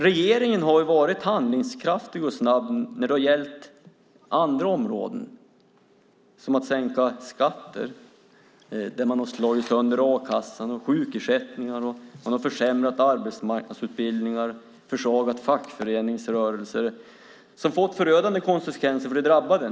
Regeringen har varit handlingskraftig och snabb när det har gällt andra områden, att sänka skatter, slå sönder a-kassan, sjukersättningar, försämrade arbetsmarknadsutbildningar, försvagning av fackföreningsrörelser, och det har fått förödande konsekvenser för de drabbade.